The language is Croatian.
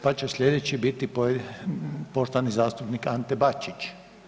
Pa će sljedeći biti poštovani zastupnik Ante Bačić.